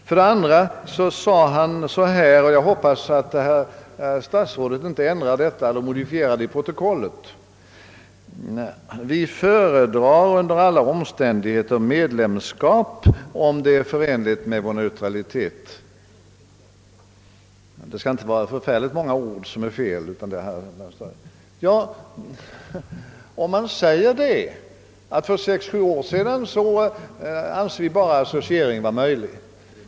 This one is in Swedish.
Vidare har herr statsrådet gjort följande uttalande — jag hoppas att han inte ändrar eller modifierar det i protokollet: »Vi föredrar under alla omständigheter medlemskap, om det är förenligt med vår neutralitet.» — Det kan inte vara särskilt många ord som är av mig här felaktigt återgivna, herr statsråd. Låt då Sverige säga på följande sätt. För sex—sju år sedan ansåg regeringen att endast en associering var möjlig.